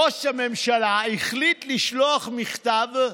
ראש הממשלה החליט לשלוח מכתב,